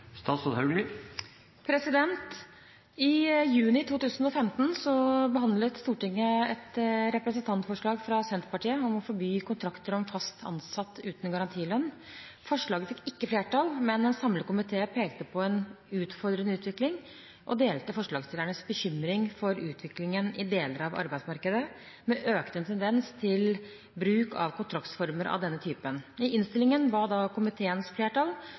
I juni 2015 behandlet Stortinget et representantforslag fra Senterpartiet om å forby kontrakter om «fast ansatt uten garantilønn». Forslaget fikk ikke flertall, men en samlet komité pekte på en utfordrende utvikling og delte forslagsstillernes bekymring for utviklingen i deler av arbeidsmarkedet med økende tendens til bruk av kontraktsformer av denne typen. I innstillingen ba komiteens flertall